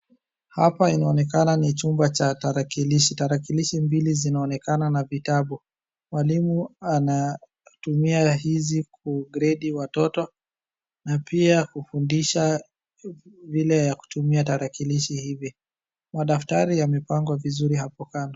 Hapa inaonekana ni chucha ya tarakilishi. Tarakilishi mbili zinaonekana na vitabu mwalimu anatumia hizi kugredi watoto na pia kufundisha vile ya kutumia tarakilishi hizi. Madaftari yamepangwa vizuri hapo kando.